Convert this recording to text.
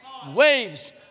waves